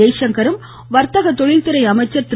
ஜெய்சங்கரும் வர்த்தக தொழில்துறை அமைச்சர் திரு